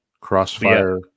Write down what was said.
Crossfire